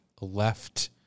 left